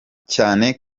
cyane